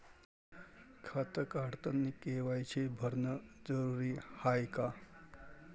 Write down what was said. खातं काढतानी के.वाय.सी भरनं जरुरीच हाय का?